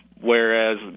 Whereas